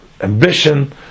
ambition